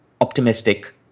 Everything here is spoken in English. optimistic